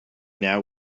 now